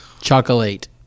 chocolate